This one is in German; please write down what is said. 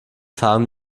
fahren